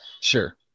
sure